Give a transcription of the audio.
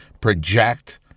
project